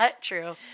true